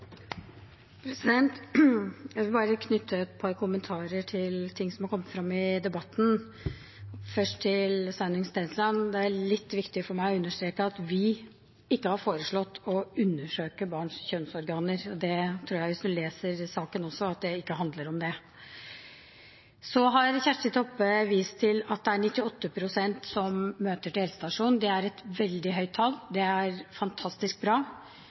kommet frem i debatten. Først til Sveinung Stensland: Det er litt viktig for meg å understreke at vi ikke har foreslått å undersøke barns kjønnsorganer, og det tror jeg også en ser hvis en leser saken, at det ikke handler om det. Så har Kjersti Toppe vist til at det er 98 pst. som møter opp på helsestasjonen. Det er et veldig høyt tall, det er fantastisk bra,